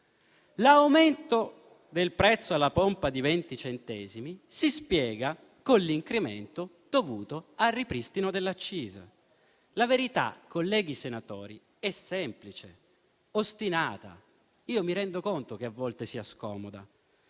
L'aumento del prezzo alla pompa di 20 centesimi si spiega con l'incremento dovuto al ripristino delle accise. La verità, colleghi senatori, è semplice e ostinata. Mi rendo conto che a volte sia scomoda.